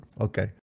okay